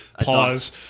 Pause